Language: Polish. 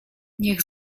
niech